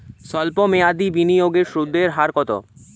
সল্প মেয়াদি বিনিয়োগের সুদের হার কত?